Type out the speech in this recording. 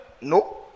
No